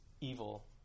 evil